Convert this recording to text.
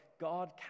God